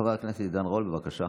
חבר הכנסת עידן רול, בבקשה.